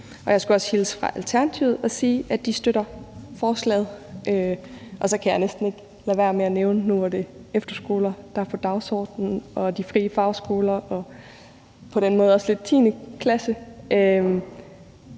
Jeg skulle også hilse fra Alternativet og sige, at de støtter forslaget. Og så kan jeg næsten ikke lade være med at nævne nu, hvor det er efterskoler, de frie fagskoler og på den måde også lidt 10. klasse,